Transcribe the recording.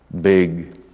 big